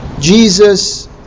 Jesus